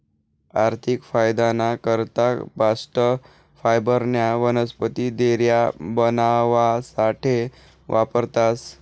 आर्थिक फायदाना करता बास्ट फायबरन्या वनस्पती दोऱ्या बनावासाठे वापरतास